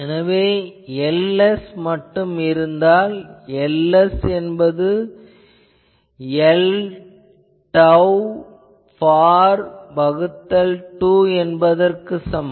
எனவே Ls மட்டும் இருந்தால் Ls என்பது Lr far வகுத்தல் 2 என்பதற்குச் சமம்